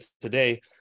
today